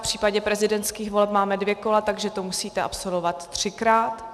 V případě prezidentských voleb máme dvě kola, takže to musíte absolvovat třikrát.